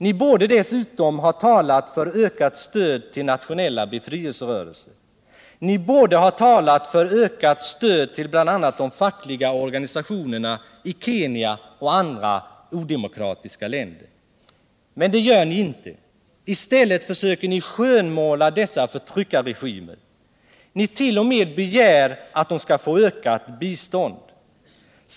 Ni borde dessutom ha talat för ökat stöd till nationella befrielserörelser. Ni borde ha talat för ökat stöd till bl.a. de fackliga organisationerna i Kenya och andra odemokratiska länder. Men det gör ni inte, i stället försöker ni skönmåla dessa förtryckarregimer. begär att de skall få ökat bistånd.